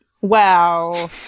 wow